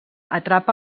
atrapa